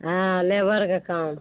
हँ लेबरके काम